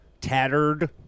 tattered